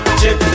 chip